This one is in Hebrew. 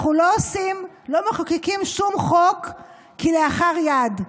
אנחנו לא מחוקקים שום חוק כלאחר יד.